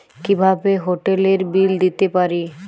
কিভাবে হোটেলের বিল দিতে পারি?